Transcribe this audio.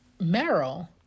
Merrill